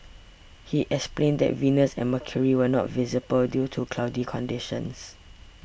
he explained that Venus and Mercury were not visible due to cloudy conditions